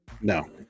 No